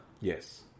Yes